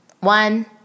one